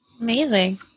amazing